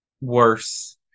worse